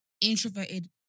introverted